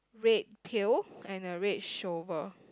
red pail and a red shovel